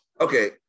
Okay